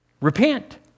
repent